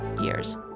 years